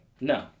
No